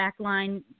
backline